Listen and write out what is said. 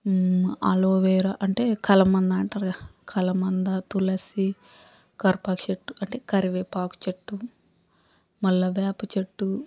aloe vera అంటే కలబంద అంటారు కదా కలబంద తులసి కరపాకు చెట్టు అంటే కరివేపాకు చెట్టు మళ్ళీ వేప చెట్టు